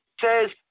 says